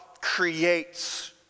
creates